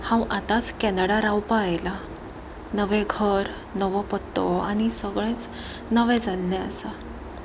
हांव आतांच कॅनडा रावपा आयलां नवें घर नवो पत्तो आनी सगळेंच नवें जाल्ले आसा